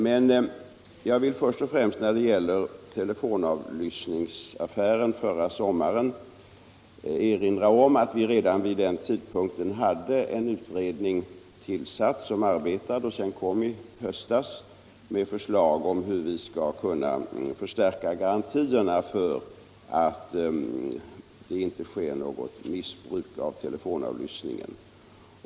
Men jag vill först och främst när det gäller telefonavlyssningsaffären förra sommaren erinra om att vi redan vid den tidpunkten hade en utredning tillsatt som arbetade och som sedan i höstas kom med förslag om hur vi skall kunna förstärka garantierna för att det inte sker något missbruk av telefonavlyssningen.